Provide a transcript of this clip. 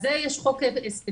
אז לזה יש חוק ספציפי,